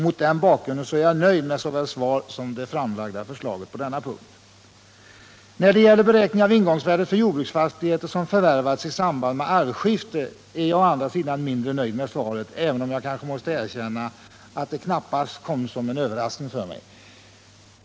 Mot den bakgrunden är jag nöjd med såväl svar som framlagt skatteförslag på denna punkt. När det gäller beräkningen av inkomstvärdet för jordbruksfastigheter som förvärvats i samband med arvskifte är jag å andra sidan mindre nöjd med svaret, även om jag kanske måste erkänna att det knappast kom som en överraskning för mig.